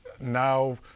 now